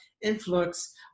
influx